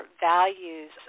values